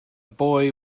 boy